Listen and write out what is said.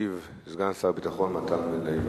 ישיב סגן שר הביטחון מתן וילנאי.